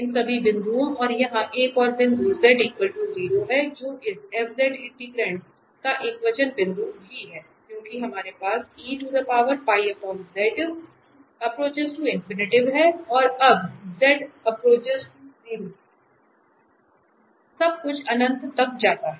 इन सभी बिंदुओं और यहाँ एक और बिंदु z 0 है जो इस f इंटीग्रैंट का एकवचन बिंदु भी है क्योंकि हमारे पास है और अब सब कुछ अनंत तक जाता है